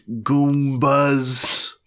Goombas